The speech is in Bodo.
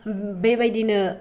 बेबायदिनो